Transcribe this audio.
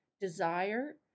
desire